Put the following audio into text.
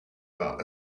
about